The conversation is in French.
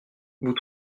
vous